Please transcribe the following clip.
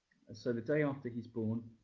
so the day after he's born,